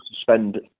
spend